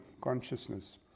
consciousness